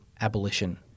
abolition